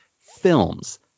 films